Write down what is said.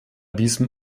diesem